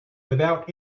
without